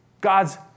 God's